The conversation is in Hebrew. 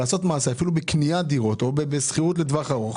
לעשות מעשה אפילו בקניית דירות או בשכירות לטווח ארוך.